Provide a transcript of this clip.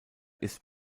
ist